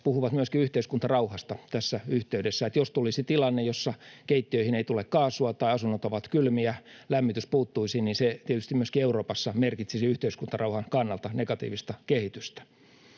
puhuvat myöskin yhteiskuntarauhasta tässä yhteydessä, niin että jos tulisi tilanne, jossa keittiöihin ei tule kaasua tai asunnot ovat kylmiä ja lämmitys puuttuisi, niin se tietysti myöskin Euroopassa merkitsisi yhteiskuntarauhan kannalta negatiivista kehitystä.